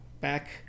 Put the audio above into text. back